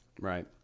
Right